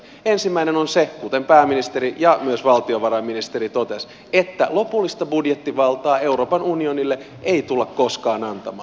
ensimmäinen on se kuten pääministeri ja myös valtiovarainministeri totesivat että lopullista budjettivaltaa euroopan unionille ei tulla koskaan antamaan